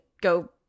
go